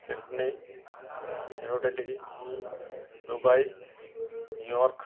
Sydney New Delhi Dubai New York